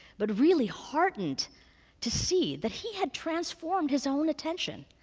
but really heartened to see that he had transformed his own attention.